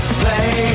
play